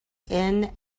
very